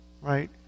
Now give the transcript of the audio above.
Right